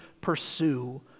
pursue